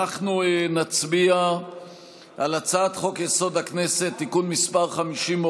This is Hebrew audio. אנחנו נצביע על הצעת חוק-יסוד: הכנסת (תיקון מס' 50,